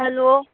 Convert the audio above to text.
hello